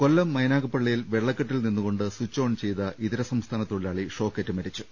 കൊല്ലം മൈനാഗപ്പള്ളിയിൽ വെള്ളക്കെട്ടിൽ നിന്നുകൊണ്ട് സിച്ച് ഓൺ ചെയ്ത ഇതരസംസ്ഥാന തൊഴിലാളി ഷോക്കേറ്റ് മരിച്ചു